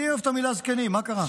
אני אוהב את המילה "זקנים", מה קרה?